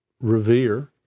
revere